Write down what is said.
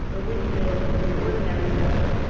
a windmill of the ordinary pattern,